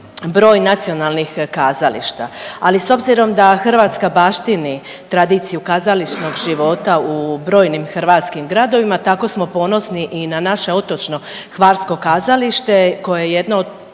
broj nacionalnih kazališta. Ali s obzirom da Hrvatska baštini tradiciju kazališnog života u brojim hrvatskim gradovima tako smo ponosni i na naše otočno Hvarsko kazalište koje je jedno od